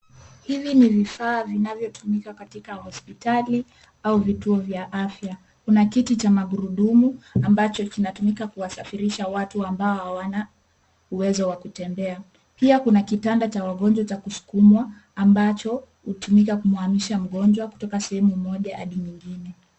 Hivi ni vifaa vinavyotumika katika hospitali au vituo vya afya. Kuna kiti cha magurudumu ambacho kinatumika kuwasafirisha watu ambao hawana uwezo wa kutembea. Pia, kuna kitanda cha wagonjwa cha kusukumwa ambacho hutumika kumwamisha mgonjwa kutoka sehemu moja hadi nyingine.